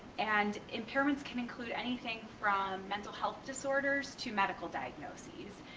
and impairments can include anything from mental health disorders to medical diagnoses,